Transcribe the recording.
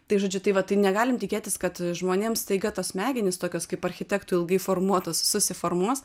tai žodžiu tai va tai negalim tikėtis kad žmonėms staiga tos smegenys tokios kaip architektų ilgai formuotos susiformuos